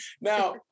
Now